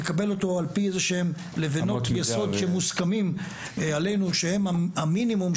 יקבל אותו על פי איזה שהם לבנות יסוד שמוסכמים עלינו שהם המינימום,